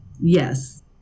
Yes